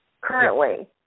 currently